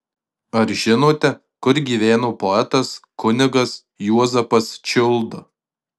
ar žinote kur gyveno poetas kunigas juozapas čiulda